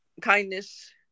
kindness